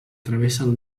travessen